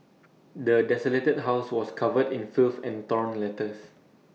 the desolated house was covered in filth and torn letters